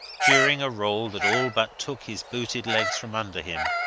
during a roll that all but took his booted legs from under him,